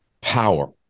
power